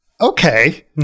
okay